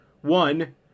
One